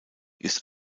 ist